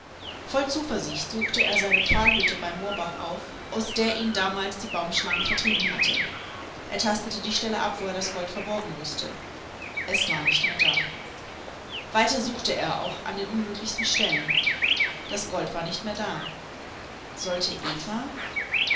voll zuversicht suchte er seine pfahlhütte beim moorbach auf aus der ihn damals die baumschlange vertrieben hatte er tastete die stelle ab wo er das gold verborgen wußte es war nicht mehr da weiter suchte er auch an den unmöglichsten stellen das gold war nicht mehr da sollte eva